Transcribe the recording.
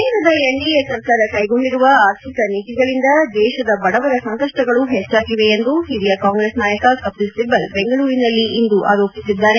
ಕೇಂದ್ರದ ಎನ್ಡಿಎ ಸರ್ಕಾರ ಕೈಗೊಂಡಿರುವ ಆರ್ಥಿಕ ನೀತಿಗಳಿಂದ ದೇಶದ ಬಡವರ ಸಂಕಷ್ಟಗಳು ಹೆಚ್ಚಾಗಿವೆ ಎಂದು ಹಿರಿಯ ಕಾಂಗ್ರೆಸ್ ನಾಯಕ ಕಪಿಲ್ ಸಿಬಲ್ ಬೆಂಗಳೂರಿನಲ್ಲಿ ಇಂದು ಆರೋಪಿಸಿದ್ದಾರೆ